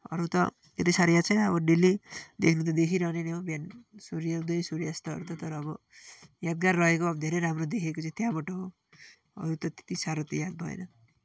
अरू त त्यति साह्रो याद छैन अब डेल्ली देख्नु त देखिरहने नै हो बिहान सूर्य उदय सूर्यास्तहरू त तर अब यादगार रहेको अब धेरै राम्रो देखेको चाहिँ त्यहाँबाट हो अरू त त्यति साह्रो त याद भएन